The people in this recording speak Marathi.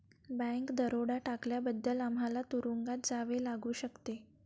बँक दरोडा टाकल्याबद्दल आम्हाला तुरूंगात जावे लागू शकते